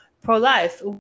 pro-life